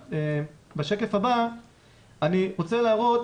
בשקף הבא אני רוצה להראות